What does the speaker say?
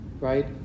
right